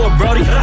brody